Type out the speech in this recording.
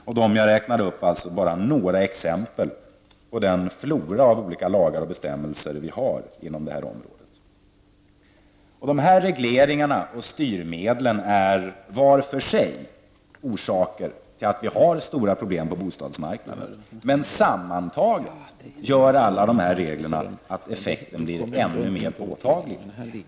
Vad jag räknade upp är bara några exempel på den flora av lagar och bestämmelser som finns på detta område. De här regleringarna och styrmedlen är var för sig orsaker till att vi har stora problem på bostadsmarknaden. Sammantaget gör alla dessa regler att effekterna blir ännu mer påtagliga.